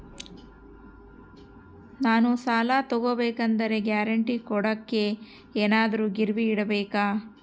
ನಾನು ಸಾಲ ತಗೋಬೇಕಾದರೆ ಗ್ಯಾರಂಟಿ ಕೊಡೋಕೆ ಏನಾದ್ರೂ ಗಿರಿವಿ ಇಡಬೇಕಾ?